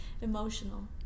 emotional